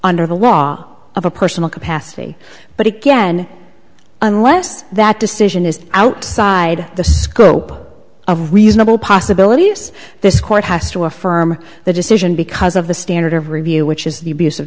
under the law of a personal capacity but again unless that decision is outside the scope of reasonable possibility use this court has to affirm the decision because of the standard of review which is the abuse of